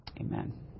Amen